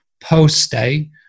post-stay